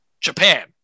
Japan